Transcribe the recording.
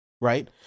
right